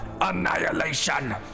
annihilation